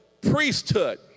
priesthood